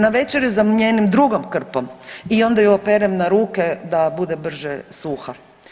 Navečer ju zamijenim drugom krpom i onda ju operem na ruke da bude brže suha.